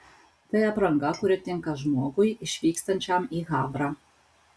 tai apranga kuri tinka žmogui išvykstančiam į havrą